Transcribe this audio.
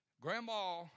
Grandma